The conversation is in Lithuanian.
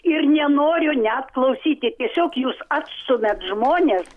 ir nenoriu net klausyti tiesiog jūs atstumiat žmones